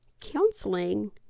counseling